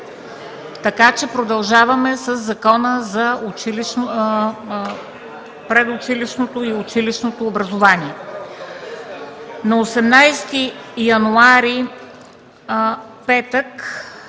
да продължим със Закона за предучилищното и училищното образование.